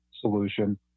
solution